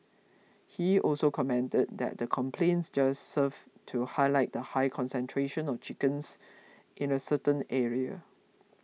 he also commented that the complaints just served to highlight the high concentration of chickens in a certain area